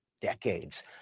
decades